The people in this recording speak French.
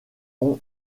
ont